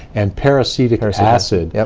and peracetic ah acid. yeah